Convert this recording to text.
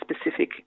specific